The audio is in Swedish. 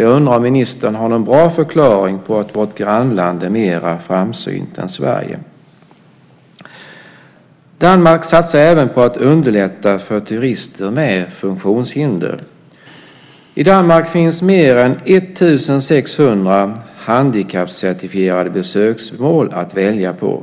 Jag undrar om ministern har någon bra förklaring till att vårt grannland är mer framsynt än Sverige? Danmark satsar även på att underlätta för turister med funktionshinder. I Danmark finns fler än 1 600 handikappcertifierade besöksmål att välja på.